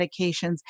medications